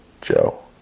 Joe